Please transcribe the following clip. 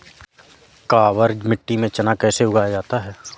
काबर मिट्टी में चना कैसे उगाया जाता है?